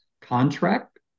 contract